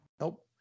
Nope